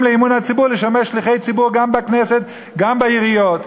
לאמון הציבור לשמש שליחי ציבור גם בכנסת וגם בעיריות.